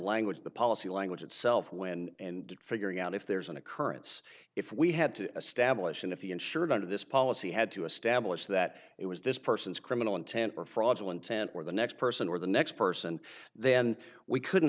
language the policy language itself when and figuring out if there's an occurrence if we had to establish and if the insured under this policy had to establish that it was this person's criminal intent or fraudulent and or the next person or the next person then we couldn't